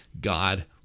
God